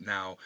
Now